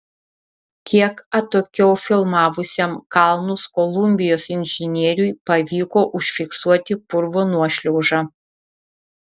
kiek atokiau filmavusiam kalnus kolumbijos inžinieriui pavyko užfiksuoti purvo nuošliaužą